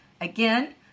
Again